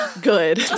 good